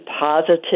positive